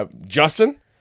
Justin